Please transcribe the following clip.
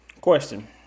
Question